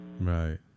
Right